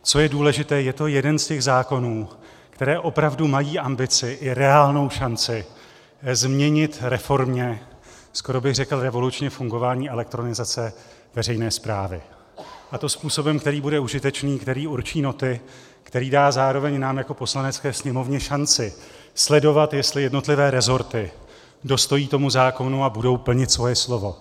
Co je důležité, je to jeden z těch zákonů, které opravdu mají ambici i reálnou šanci změnit reformně, skoro bych řekl revolučně, fungování elektronizace veřejné správy, a to způsobem, který bude užitečný, který určí noty, který dá zároveň nám jako Poslanecké sněmovně šanci sledovat, jestli jednotlivé resorty dostojí tomu zákonu a budou plnit svoje slovo.